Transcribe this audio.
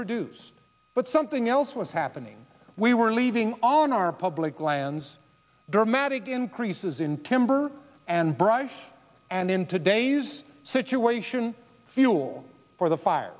produced but something else was happening we were leaving on our public lands dramatic increases in timber and bryce and in today's situation fuel for the fire